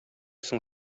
соң